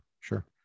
sure